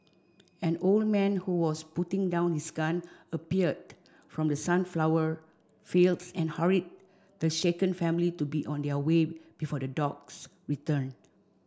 an old man who was putting down his gun appeared from the sunflower fields and hurried the shaken family to be on their way before the dogs return